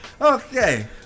Okay